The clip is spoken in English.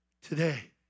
today